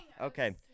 Okay